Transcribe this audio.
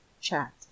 Chat